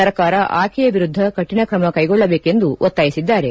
ಸರ್ಕಾರ ಆಕೆಯ ವಿರುದ್ಧ ಕಠಿಣ ಕ್ರಮ ಕೈಗೊಳ್ಳಬೇಕೆಂದು ಒತ್ತಾಯಿಸಿದ್ದಾರೆ